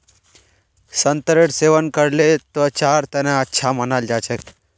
संतरेर सेवन करले त्वचार तना अच्छा मानाल जा छेक